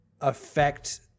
affect